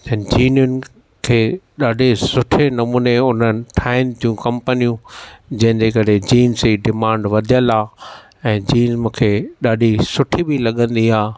जीनियुनि खे ॾाढे सुठे नमूने हुननि ठाहिनि थियूं कम्पनियूं जंहिंजे करे जीन्स जी डिमांड वधियलु आहे ऐं जीन मूंखे ॾाढी सुठी बि लॻंदी आहे